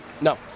No